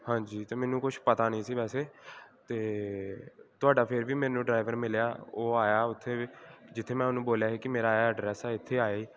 ਹਾਂਜੀ ਅਤੇ ਮੈਨੂੰ ਕੁਝ ਪਤਾ ਨਹੀਂ ਸੀ ਵੈਸੇ ਅਤੇ ਤੁਹਾਡਾ ਫਿਰ ਵੀ ਮੈਨੂੰ ਡਰਾਈਵਰ ਮਿਲਿਆ ਉਹ ਆਇਆ ਉੱਥੇ ਜਿੱਥੇ ਮੈਂ ਉਹਨੂੰ ਬੋਲਿਆ ਸੀ ਕਿ ਮੇਰਾ ਐਡਰੈਸ ਆ ਇੱਥੇ ਆਏ